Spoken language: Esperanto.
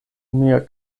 mia